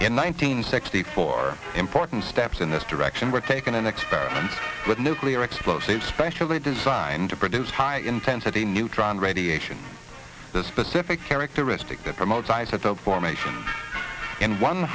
in nineteen sixty four important steps in this direction were taken an experiment with nuclear explosive specially designed to produce high intensity neutron radiation the specific characteristic that promotes isotope formation in one